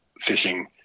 fishing